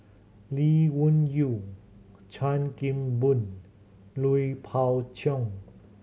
Lee Wung Yew Chan Kim Boon and Lui Pao Chuen